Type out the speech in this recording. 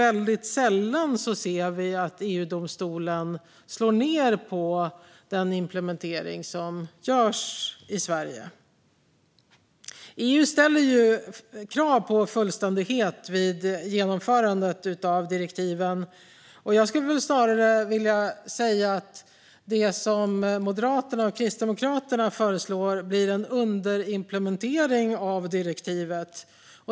Väldigt sällan ser vi att EU-domstolen slår ned på den implementering som görs i Sverige. EU ställer ju krav på fullständighet vid genomförandet av direktiven. Jag skulle snarare vilja säga att det som Moderaterna och Kristdemokraterna föreslår blir en underimplementering av direktivet.